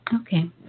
Okay